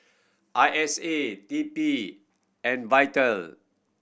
I S A T P and Vital